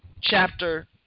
chapter